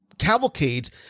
Cavalcades